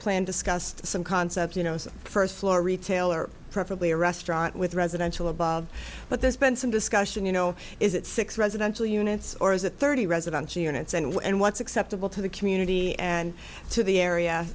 plan discussed some you know it's a first floor retailer preferably a restaurant with residential above but there's been some discussion you know is it six residential units or is it thirty residential units and what's acceptable to the community and to the area